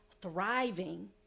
thriving